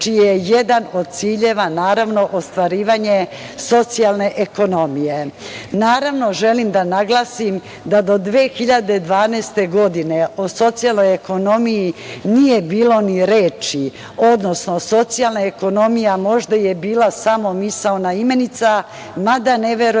čiji je jedan od ciljeva ostvarivanje socijalne ekonomije. Naravno, želim da naglasim da do 2012. godine o socijalnoj ekonomiji nije bilo ni reči, odnosno socijalna ekonomija možda je bila samo misaona imenica, mada ne verujem da